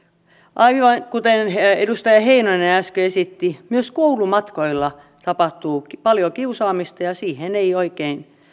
aivan kuten edustaja heinonen äsken esitti myös koulumatkoilla tapahtuu paljon kiusaamista ja siihen ei oikein